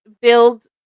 build